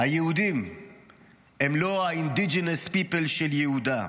היהודים הם לא ה-Indigenous People של יהודה.